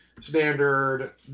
standard